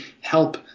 help